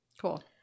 Cool